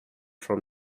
from